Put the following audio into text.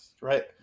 right